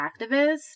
activists